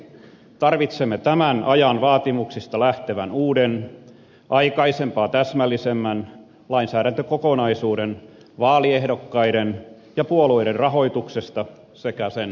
tarvitsemme tämän ajan vaatimuksista lähtevän uuden aikaisempaa täsmällisemmän lainsäädäntökokonaisuuden vaaliehdokkaiden ja puolueiden rahoituksesta sekä sen valvonnasta